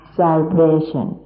salvation